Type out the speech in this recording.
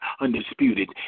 undisputed